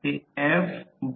8 हा power factor आहे